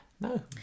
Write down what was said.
No